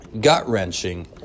gut-wrenching